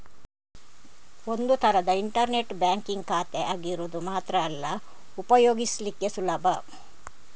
ಒಂದು ತರದ internet banking ಖಾತೆ ಆಗಿರೋದು ಮಾತ್ರ ಅಲ್ಲ ಉಪಯೋಗಿಸ್ಲಿಕ್ಕೆ ಸುಲಭ